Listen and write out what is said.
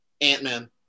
Ant-Man